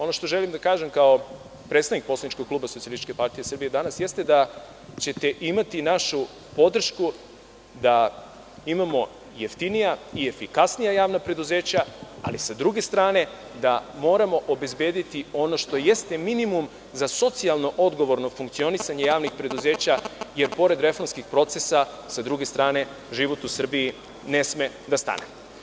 Ono što želim da kažem, kao predstavnik poslaničkog kluba SPS, jeste da ćete imati našu podršku da imamo jeftinija i efikasnija javna preduzeća, ali sa druge strane da moramo obezbediti ono što jeste minimum za socijalno odgovorno funkcionisanje javnih preduzeća, jer pored reformskih procesa, sa druge strane, život u Srbiji ne sme da stane.